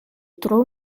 tro